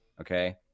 okay